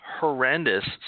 horrendous